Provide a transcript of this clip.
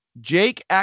Jake